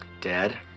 Dad